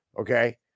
okay